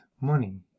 money